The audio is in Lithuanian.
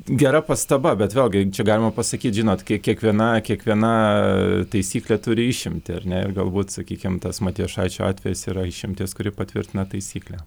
gera pastaba bet vėlgi čia galima pasakyt žinot kiek kiekviena kiekviena taisyklė turi išimtį ar ne ir galbūt sakykim tas matijošaičio atvejis yra išimtis kuri patvirtina taisyklę